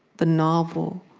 the novel,